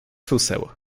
suseł